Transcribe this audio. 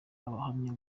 ubuhamya